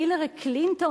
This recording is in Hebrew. הילרי קלינטון,